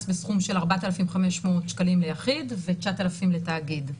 בסכום של 4,500 שקלים ליחיד ו-9,000 לתאגיד.